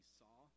saw